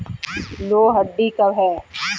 लोहड़ी कब है?